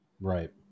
Right